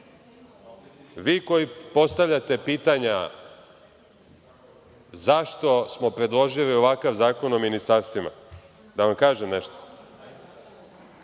vi koji postavljate pitanja zašto smo predložili ovakav Zakon o ministarstvima, da vam kažem nešto.